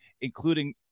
including